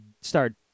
start